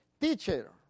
Teacher